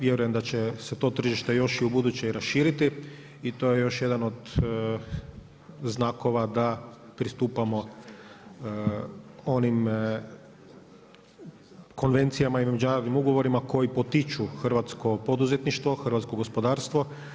Vjerujem da će se to tržište još i buduće raširiti i to je još jedan od znakova da pristupamo onim konvencijama i ugovorima koji potiču hrvatsko poduzetništvo, hrvatsko gospodarstvo.